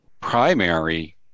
primary